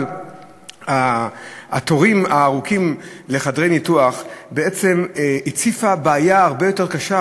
אבל התורים הארוכים לניתוחים בעצם הציפו בעיה הרבה יותר קשה,